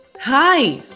Hi